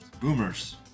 boomers